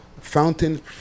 Fountain